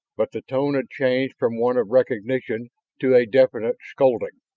but the tone had changed from one of recognition to a definite scolding.